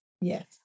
yes